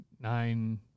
nine